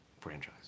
franchise